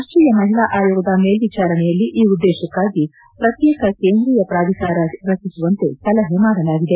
ರಾಷ್ಟೀಯ ಮಹಿಳಾ ಆಯೋಗದ ಮೇಲ್ವಿಚಾರಣೆಯಲ್ಲಿ ಈ ಉದ್ದೇಶಕ್ಕಾಗಿ ಪ್ರತ್ಯೇಕ ಕೇಂದ್ರೀಯ ಪ್ರಾಧಿಕಾರ ರಚಿಸುವಂತೆ ಸಲಹೆ ಮಾಡಲಾಗಿದೆ